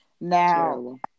Now